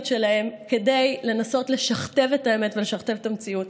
שלהם כדי לנסות לשכתב את האמת ולשכתב את המציאות.